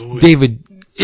David